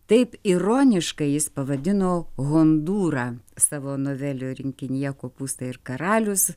taip ironiškai jis pavadino hondūrą savo novelių rinkinyje kopūstai ir karalius